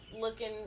looking